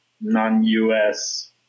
non-US